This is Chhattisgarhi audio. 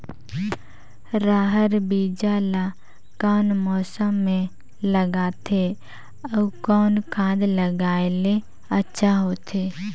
रहर बीजा ला कौन मौसम मे लगाथे अउ कौन खाद लगायेले अच्छा होथे?